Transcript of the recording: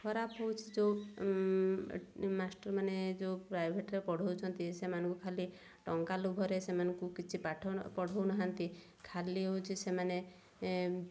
ଖରାପ ହଉଛି ଯେଉଁ ମାଷ୍ଟରମାନେ ଯେଉଁ ପ୍ରାଇଭେଟରେ ପଢ଼ଉଛନ୍ତି ସେମାନଙ୍କୁ ଖାଲି ଟଙ୍କା ଲୁଭରେ ସେମାନଙ୍କୁ କିଛି ପାଠ ପଢ଼ଉନାହାଁନ୍ତି ଖାଲି ହଉଛି ସେମାନେ